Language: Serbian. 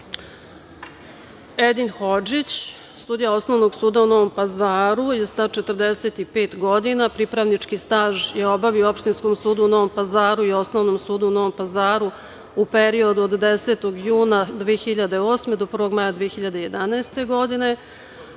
Hodžić, sudija Osnovnog suda u Novom Pazaru je star 45 godina. Pripravnički staž je obavio u Opštinskom sudu u Novom Pazaru i Osnovnom sudu u Novom Pazaru u periodu od 10. juna 2008. godine, do 1. maja 2011. godine.